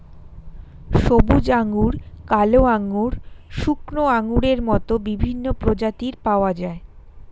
সবুজ আঙ্গুর, কালো আঙ্গুর, শুকনো আঙ্গুরের মত বিভিন্ন প্রজাতির পাওয়া যায়